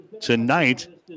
Tonight